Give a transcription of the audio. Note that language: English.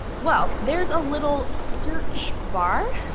well, there's a little search bar,